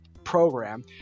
program